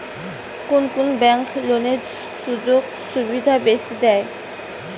কুন কুন ব্যাংক লোনের সুযোগ সুবিধা বেশি দেয়?